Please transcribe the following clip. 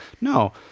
No